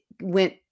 went